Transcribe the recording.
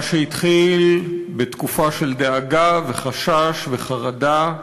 מה שהתחיל בתקופה של דאגה וחשש וחרדה,